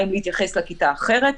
האם להתייחס לכיתה אחרת,